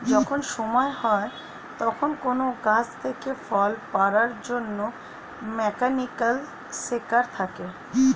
যখন সময় হয় তখন কোন গাছ থেকে ফল পাড়ার জন্যে মেকানিক্যাল সেকার থাকে